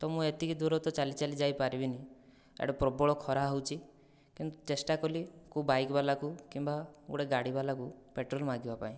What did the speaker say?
ତ ମୁଁ ଏତିକି ଦୂର ତ ଚାଲି ଚାଲି ଯାଇପାରିବିନାହିଁ ଏଆଡ଼େ ପ୍ରବଳ ଖରା ହେଉଛି କିନ୍ତୁ ଚେଷ୍ଟା କଲି କେଉଁ ବାଇକବାଲାକୁ କିମ୍ବା ଗୋଟିଏ ଗାଡ଼ିବାଲାକୁ ପେଟ୍ରୋଲ ମାଗିବାପାଇଁ